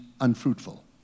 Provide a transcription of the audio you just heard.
unfruitful